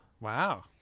Wow